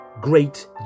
great